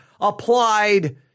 applied